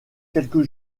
quelques